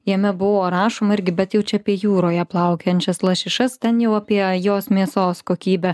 jame buvo rašoma irgi bet jau čia apie jūroje plaukiančias lašišas ten jau apie jos mėsos kokybę